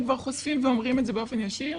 כבר חושפים ואומרים את זה באופן ישיר,